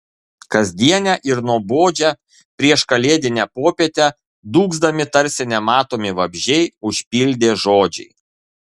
kasdienę ir nuobodžią prieškalėdinę popietę dūgzdami tarsi nematomi vabzdžiai užpildė žodžiai